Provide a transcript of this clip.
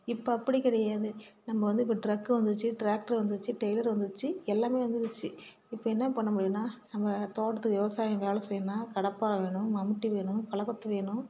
இப்போ அப்படி கிடையாது நம்ம வந்து இப்போ ட்ரக் வந்துடுச்சி ட்ராக்ட்ரு வந்துடுச்சி டெய்லர் வந்துடுச்சி எல்லாமே வந்துடுச்சி இப்போ என்ன பண்ண முடியுன்னால் நம்ம தோட்டத்துக்கு விவசாயம் வேலை செய்யணுன்னா கடப்பாறை வேணும் மம்முட்டி வேணும் களைக்கொத்து வேணும்